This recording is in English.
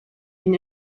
been